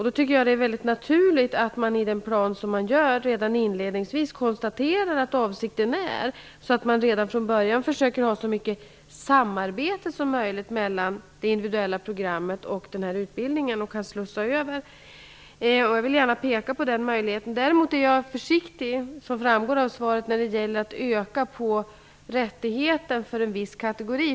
Då är det mycket naturligt att man i den plan som upprättas redan inledningsvis konstaterar avsikten, i syfte att redan från början få så mycket samarbete som möjligt mellan det individuella programmet och den tänkta utbildningen. Jag vill gärna peka på den möjligheten. Jag är däremot försiktig, som framgår av svaret, när det gäller att öka rättigheten för en viss kategori.